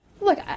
Look